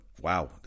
wow